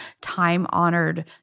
time-honored